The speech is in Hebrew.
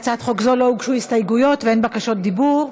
להצעת חוק זו לא הוגשו הסתייגויות ואין בקשות דיבור.